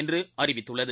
என்றுஅறிவித்துள்ளது